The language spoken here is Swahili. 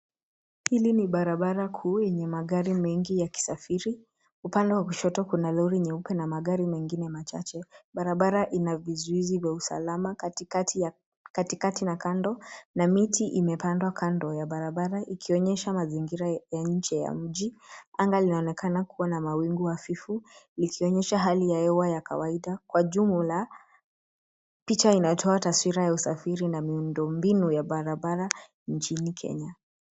Hili ni barabara kuu yenye magari mengi yakisafiri. Upande wa kushoto kuna lori nyeupe na magari mengine machache. Barabara ina vizuizi vya usalama katikati na kando na miti imepandwa kando ya barabara ikionyesha mazingira ya nje ya mji. Anga linaonekana kuwa na mawingu hafifu likionyesha hali ya hewa ya kawaida kwa jumla picha inatoa taswira ya usafiri na miundombinu ya barabara nchini Kenya.